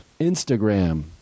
Instagram